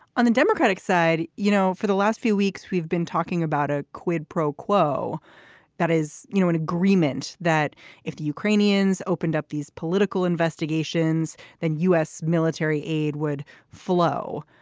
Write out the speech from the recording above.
on the democratic side you know for the last few weeks we've been talking about a quid pro quo that is you know an agreement that if the ukrainians opened up these political investigations then u s. military aid would flow.